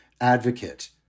advocate